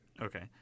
Okay